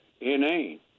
inane